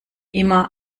immer